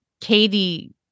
Katie